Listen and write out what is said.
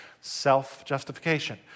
Self-justification